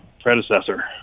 predecessor